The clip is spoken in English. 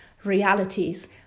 realities